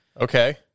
Okay